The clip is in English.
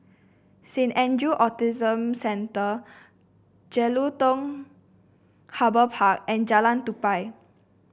Saint Andrew Autism Centre Jelutung Harbour Park and Jalan Tupai